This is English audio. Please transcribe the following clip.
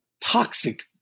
toxic